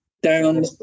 down